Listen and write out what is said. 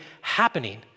happening